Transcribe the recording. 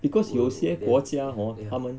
because 有些国家 hor 他们